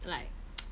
like